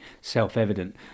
self-evident